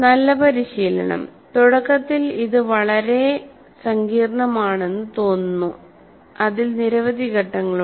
നല്ല പരിശീലനം തുടക്കത്തിൽ ഇത് വളരെ സങ്കീർണ്ണമാണെന്ന് തോന്നുന്നു അതിൽ നിരവധി ഘട്ടങ്ങളുണ്ട്